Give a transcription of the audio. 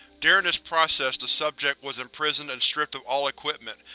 during this process the subject was imprisoned and stripped of all equipment,